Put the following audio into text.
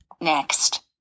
Next